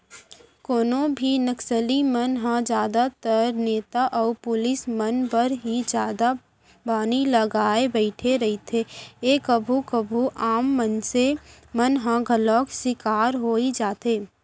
कोनो भी नक्सली मन ह जादातर नेता अउ पुलिस मन बर ही जादा बानी लगाय बइठे रहिथे ए कभू कभू आम मनसे मन ह घलौ सिकार होई जाथे